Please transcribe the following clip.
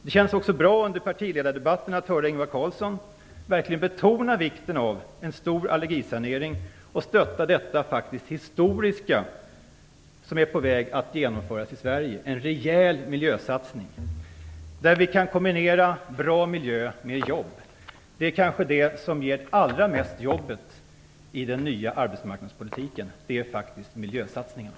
Det kändes också bra att under partiledardebatten höra Ingvar Carlsson betona vikten av en stor allergisanering och stötta den rejäla miljösatsning som är på väg att genomföras i Sverige. Den är faktiskt historisk. Med den satsningen kan vi kombinera en bra miljö med jobb. Det som ger allra flest jobb i den nya arbetsmarknadspolitiken är faktiskt miljösatsningarna.